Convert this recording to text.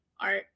art